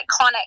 iconic